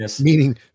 meaning